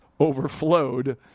overflowed